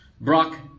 Brock